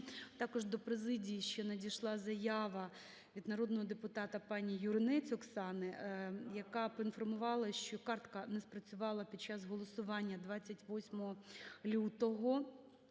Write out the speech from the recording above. Також до президії ще надійшла заява від народного депутата пані Юринець Оксани, яка поінформувала, що картка не спрацювала під час голосування 28 лютого,